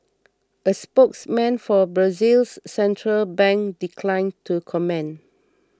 a spokesman for Brazil's central bank declined to comment